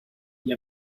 gli